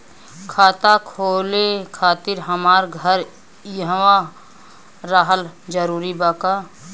खाता खोले खातिर हमार घर इहवा रहल जरूरी बा का?